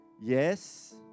Yes